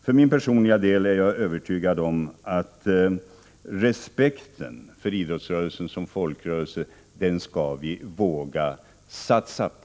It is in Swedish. För min personliga del är jag övertygad om att respekten för idrotten som folkrörelse skall vi våga satsa på.